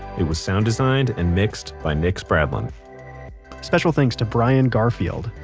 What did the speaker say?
it was sound designed and mixed by nick spradlin special thanks to brian garfield,